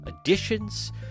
additions